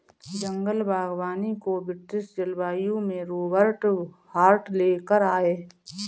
जंगल बागवानी को ब्रिटिश जलवायु में रोबर्ट हार्ट ले कर आये